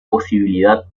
posibilidad